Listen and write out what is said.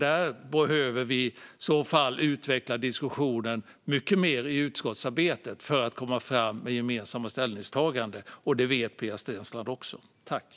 Där behöver vi i så fall utveckla diskussionen mycket mer i utskottsarbetet för att komma fram med gemensamma ställningstaganden. Det vet Pia Steensland också.